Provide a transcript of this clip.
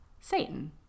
Satan